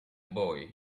boy